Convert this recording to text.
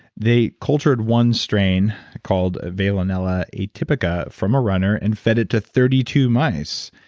they cultured one strain called veillonella atypica from a runner and fed it to thirty two mice.